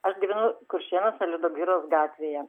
aš gyvenu kuršėnuose liudo giros gatvėje